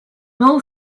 know